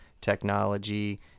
technology